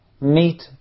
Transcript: meet